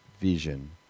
vision